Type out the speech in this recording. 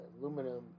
aluminum